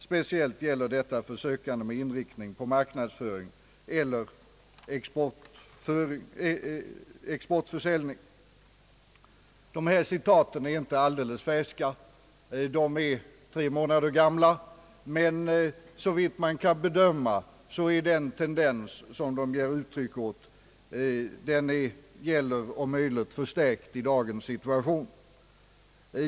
Speciellt gäller detta för sökande med inriktning på marknadsföring eller exportförsäljning.» Dessa citat är inte alldeles färska utan tre månader gamla, men såvitt man kan bedömda är den tendens, som de ger uttryck åt, alltjämt giltig och om möjligt förstärkt i dagens situation.